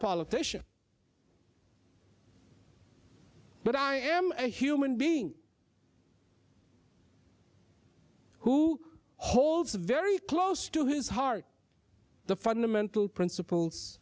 politician but i am a human being who holds very close to his heart the fundamental principles